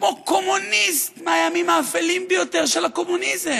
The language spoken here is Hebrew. כמו קומוניסט מהימים האפלים ביותר של הקומוניזם.